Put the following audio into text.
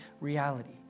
reality